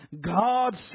God